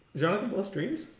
jonathan blow streams